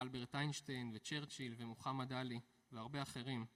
אלברט איינשטיין וצ'רצ'יל ומוחמד עלי והרבה אחרים